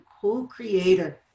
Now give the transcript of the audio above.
co-creator